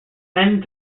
end